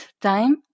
time